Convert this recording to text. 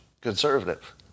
conservative